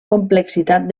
complexitat